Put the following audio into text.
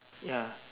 ya